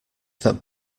that